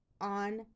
on